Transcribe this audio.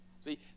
see